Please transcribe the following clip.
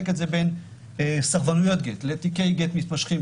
את זה בין סרבנויות גט לתיקי גט מתמשכים.